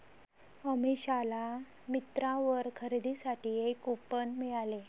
अमिषाला मिंत्रावर खरेदीसाठी एक कूपन मिळाले